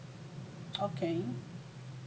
okay